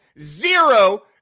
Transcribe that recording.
zero